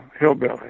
hillbilly